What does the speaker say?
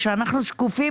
שאנחנו שקופים